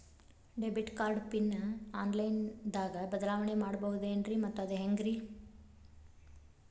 Debit card pin online ದಾಗ ಬದಲಾವಣೆ ಮಾಡಬಹುದೇನ್ರಿ ಮತ್ತು ಅದು ಹೆಂಗ್ರಿ?